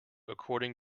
according